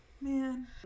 Man